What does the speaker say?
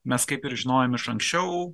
mes kaip ir žinojom iš anksčiau